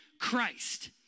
Christ